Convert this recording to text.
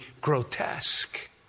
grotesque